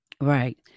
right